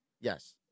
Yes